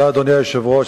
אדוני היושב-ראש,